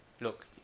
look